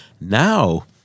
Now